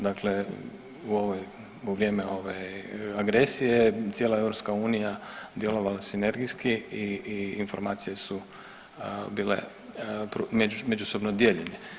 Dakle, u vrijeme ove agresije cijela EU djelovala sinergijski i informacije su bile međusobno dijeljene.